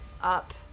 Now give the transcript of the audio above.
up